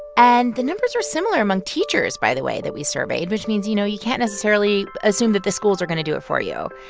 and the numbers are similar among teachers, by the way, that we surveyed, which means, you know, you can't necessarily assume that the schools are going to do it for you.